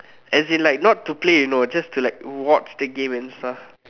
as in like not to play you know just to like watch the game and stuff